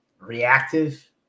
reactive